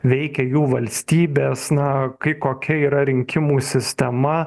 veikia jų valstybės na kai kokia yra rinkimų sistema